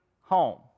home